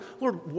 Lord